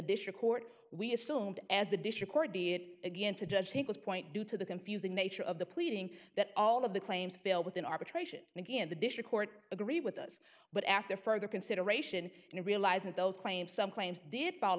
district court we assumed as the dish record again to judge take this point due to the confusing nature of the pleading that all of the claims fail within arbitration and again the district court agreed with us but after further consideration and realized that those claims some claims did fall